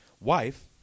wife